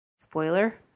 Spoiler